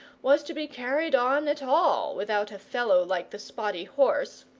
was to be carried on at all without a fellow like the spotty horse,